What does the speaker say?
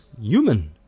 human